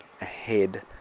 ahead